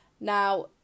Now